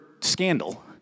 scandal